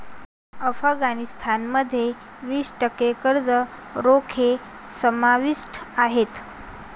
अफगाणिस्तान मध्ये वीस टक्के कर्ज रोखे समाविष्ट आहेत